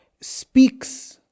speaks